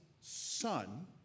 son